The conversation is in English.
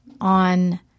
on